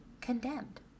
condemned